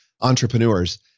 entrepreneurs